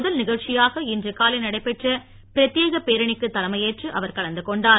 முதல் நிகழ்ச்சியாக இன்று காலை நடைபெற்ற பிரத்யேக பேரணிக்கு தலைமையேற்று அவர் கலந்து கொண்டார்